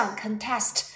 contest